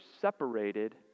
separated